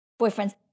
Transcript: boyfriends